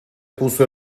puso